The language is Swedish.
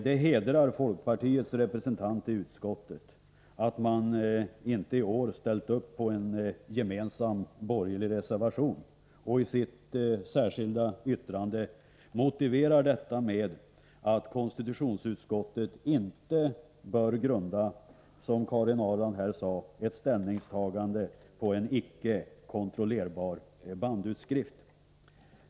Det hedrar folkpartiets representant i utskottet att hon i år inte har ställt upp på en gemensam borgerlig reservation och att hon i sitt särskilda yttrande motiverar detta med att konstitutionsutskottet inte bör grunda, som Karin Ahrland här sade, ett ställningstagande på en icke kontrollerbar bandutskrift.